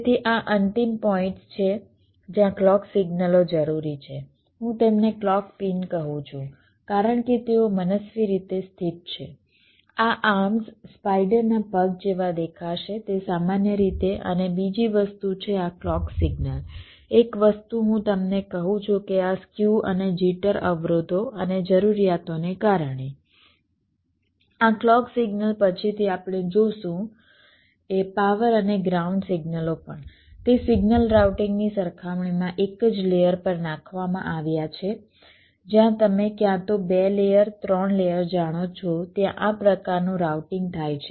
તેથી આ અંતિમ પોઇન્ટ્સ છે જ્યાં ક્લૉક સિગ્નલો જરૂરી છે હું તેમને કલોક પિન કહું છું કારણ કે તેઓ મનસ્વી રીતે સ્થિત છે આ આર્મ્સ સ્પાઈડરના પગ જેવા દેખાશે તે સામાન્ય રીતે અને બીજી વસ્તુ છે આ ક્લૉક સિગ્નલ એક વસ્તુ હું તમને કહું છું કે આ સ્ક્યુ અને જિટર અવરોધો અને જરૂરિયાતોને કારણે આ ક્લૉક સિગ્નલ પછીથી આપણે જોશું એ પાવર અને ગ્રાઉન્ડ સિગ્નલો પણ તે સિગ્નલ રાઉટીંગ ની સરખામણીમાં એક જ લેયર પર નાખવામાં આવ્યા છે જ્યાં તમે ક્યાં તો 2 લેયર 3 લેયર જાણો છો ત્યાં આ પ્રકારનું રાઉટીંગ થાય છે